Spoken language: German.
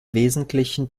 wesentlichen